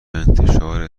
انتشار